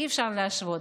אי-אפשר להשוות.